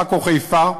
עכו חיפה,